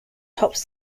tops